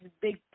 big